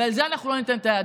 ולזה אנחנו לא ניתן את היד.